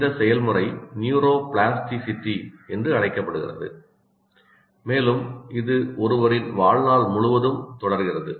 இந்த செயல்முறை நியூரோபிளாஸ்டிசிட்டி என்று அழைக்கப்படுகிறது மேலும் இது ஒருவரின் வாழ்நாள் முழுவதும் தொடர்கிறது